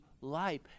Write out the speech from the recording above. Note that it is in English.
life